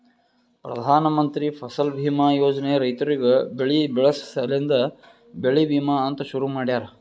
ಪ್ರಧಾನ ಮಂತ್ರಿ ಫಸಲ್ ಬೀಮಾ ಯೋಜನೆ ರೈತುರಿಗ್ ಬೆಳಿ ಬೆಳಸ ಸಲೆಂದೆ ಬೆಳಿ ವಿಮಾ ಅಂತ್ ಶುರು ಮಾಡ್ಯಾರ